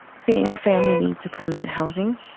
seeing a family leave to permanent housing,